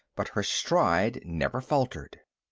but her stride never faltered.